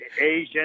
Asian